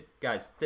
guys